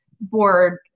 board